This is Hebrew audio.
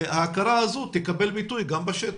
ההכרה הזו תקבל ביטוי גם בשטח.